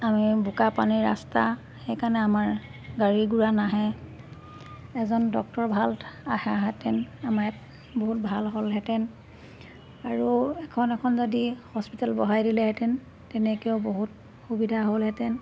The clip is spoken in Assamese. আমি বোকা পানী ৰাস্তা সেইকাৰণে আমাৰ গাড়ী গোৰা নাহে এজন ডক্টৰ ভাল আহা হেঁতেন আমাৰ ইয়াত বহুত ভাল হ'লহেঁতেন আৰু এখন এখন যদি হস্পিটেল বঢ়াই দিলেহেঁতেন তেনেকেও বহুত সুবিধা হ'লহেঁতেন